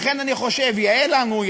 לכן אני חושב שיאה לנו,